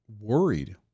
worried